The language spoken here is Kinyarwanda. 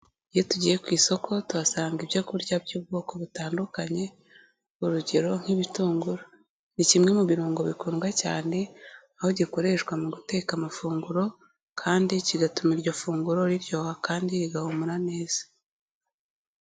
Iyo tugiye ku isoko tuhasanga ibyoku kurya by'ubwoko butandukanye, urugero nk'ibitunguru, ni kimwe mu birungo bikundwa cyane, aho gikoreshwa mu guteka amafunguro kandi kigatuma iryo funguro riryoha kandi rigahumura neza.